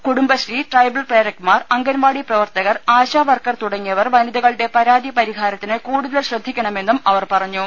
Kudumbashree tribal പ്രേരക്മാർ അംഗൻവാടി പ്രവർത്തകർ ആശാവർക്കർ തുടങ്ങിയവർ വനിതകളുടെ പരാതി പരിഹാരത്തിന് കൂടുതൽ ശ്രദ്ധിക്കണമെന്നും അവർ പറഞ്ഞു